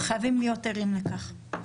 וחייבים להיות ערים לכך.